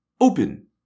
Open